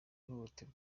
ihohotera